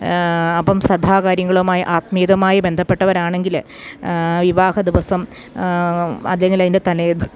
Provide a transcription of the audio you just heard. അപ്പം സഭാകാര്യങ്ങളുമായി ആത്മീയതയുമായി ബന്ധപ്പെട്ടവരാണെങ്കിൽ വിവാഹ ദിവസം അത്ങ്കൽ അതിൻ്റെ തന്നെ